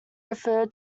refer